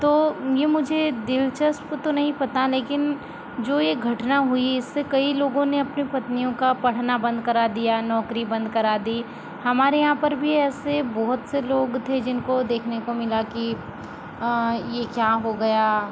तो ये मुझे दिलचस्प तो नहीं पता लेकिन जो ये घटना हुई इससे कई लोगों ने अपने पत्नियों का पढ़ना बंद करा दिया नौकरी बंद करा दी हमारे यहाँ पर भी ऐसे बहुत से लोग थे जिनको देखने को मिला की ये क्या हो गया